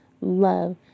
love